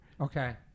Okay